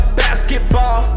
basketball